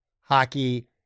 hockey